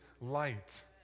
light